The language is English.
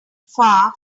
far